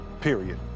period